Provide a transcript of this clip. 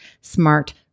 Smart